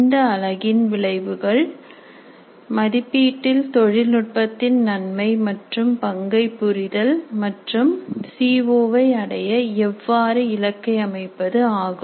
இந்த அலகின் விளைவுகள் மதிப்பீட்டில் தொழில்நுட்பத்தின் தன்மை மற்றும் பங்கை புரிதல் மற்றும் சி ஓ வை அடைய எவ்வாறு இலக்கை அமைப்பது ஆகும்